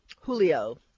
Julio